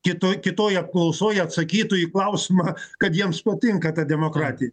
kitoj kitoj apklausoj atsakytų į klausimą kad jiems patinka ta demokratija